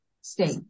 state